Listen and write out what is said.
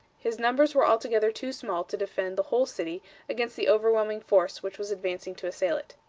his numbers were altogether too small to defend the whole city against the overwhelming force which was advancing to assail it.